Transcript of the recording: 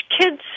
kids